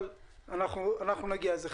אבל אנחנו נגיע לזה.